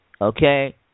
Okay